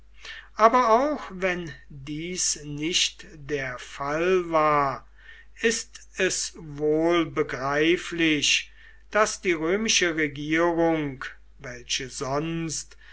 aber auch wenn dies nicht der fall war ist es wohl begreiflich daß die römische regierung welche sonst